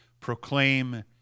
Proclaim